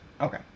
Okay